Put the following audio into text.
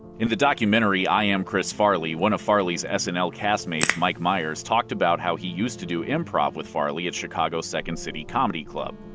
in the documentary i am chris farley, one of farley's and snl castmates, mike myers, talked about how he used to do improv with farley at chicago's second city comedy club.